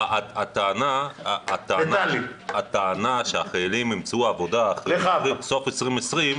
הטענה היא שהחיילים ימצאו עבודה עד סוף 2020,